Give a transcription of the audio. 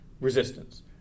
resistance